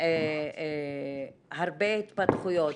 הרבה התפתחויות.